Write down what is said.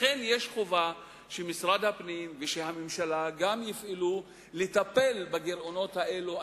לכן חובה שמשרד הפנים והממשלה גם יפעלו לטפל בגירעונות האלו,